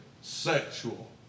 sexual